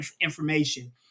information